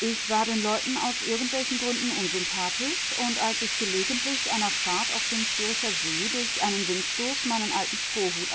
ich war den leuten aus irgendwelchen gründen unsympathisch und als ich gelegentlich einer fahrt auf dem züricher see durch einen windstoß meinen alten strohhut